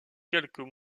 quelques